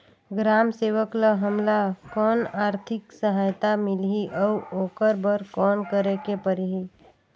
ग्राम सेवक ल हमला कौन आरथिक सहायता मिलही अउ ओकर बर कौन करे के परही?